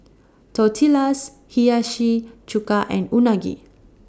Tortillas Hiyashi Chuka and Unagi